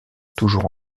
toujours